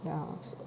ya so